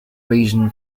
reason